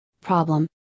problem